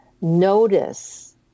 notice